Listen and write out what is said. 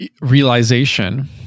realization